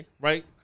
right